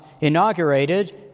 inaugurated